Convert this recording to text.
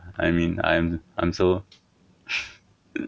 I mean I'm I'm so